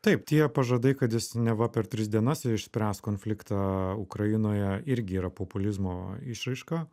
taip tie pažadai kad jis neva per tris dienas išspręs konfliktą ukrainoje irgi yra populizmo išraiška